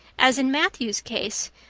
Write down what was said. as in matthew's case,